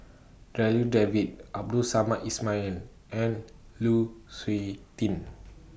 Darryl David Abdul Samad Ismail and Lu Suitin